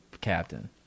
captain